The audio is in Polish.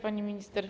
Pani Minister!